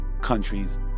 countries